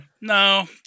No